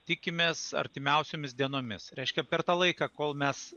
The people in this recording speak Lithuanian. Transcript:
tikimės artimiausiomis dienomis reiškia per tą laiką kol mes